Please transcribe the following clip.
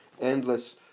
endless